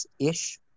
ish